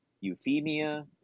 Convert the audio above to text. Euphemia